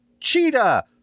cheetah